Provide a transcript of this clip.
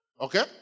Okay